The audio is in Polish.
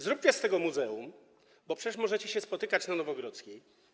Zróbcie z tego muzeum, bo przecież możecie się spotykać na Nowogrodzkiej.